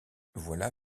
voilà